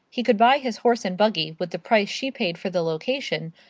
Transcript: he could buy his horse and buggy with the price she paid for the location,